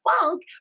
funk